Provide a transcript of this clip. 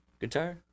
Guitar